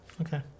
Okay